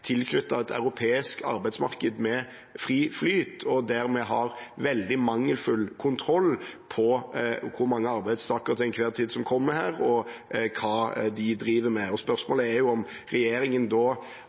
et europeisk arbeidsmarked med fri flyt og dermed har veldig mangelfull kontroll på hvor mange arbeidstakere som til enhver tid kommer hit, og hva de driver med.